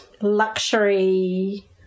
luxury